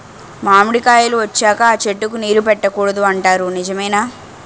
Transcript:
మామిడికాయలు వచ్చాక అ చెట్టుకి నీరు పెట్టకూడదు అంటారు నిజమేనా?